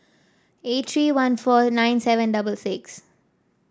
eight three one four nine seven double six